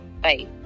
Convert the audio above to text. Bye